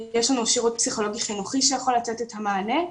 יש לנו שירות פסיכולוגי חינוכי שיכול לתת את המענה,